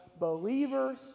believers